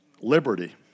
liberty